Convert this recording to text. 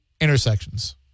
intersections